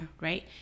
Right